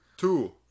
Two